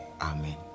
Amen